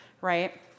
Right